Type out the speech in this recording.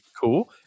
Cool